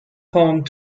home